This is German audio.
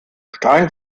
steigen